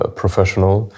professional